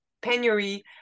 penury